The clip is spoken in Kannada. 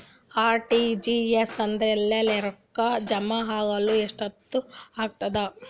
ಆರ್.ಟಿ.ಜಿ.ಎಸ್ ಆದ್ಮೇಲೆ ರೊಕ್ಕ ಜಮಾ ಆಗಲು ಎಷ್ಟೊತ್ ಆಗತದ?